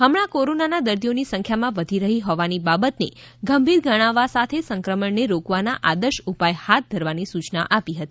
હમણાં કોરોનાના દર્દીઓની સંખ્યામાં વધી રહી હોવાની બાબતને ગંભીર ગણાવવા સાથે સંક્રમણને રોકવાના આદર્શ ઉપાય હાથ ધરવાની સૂચના આપી હતી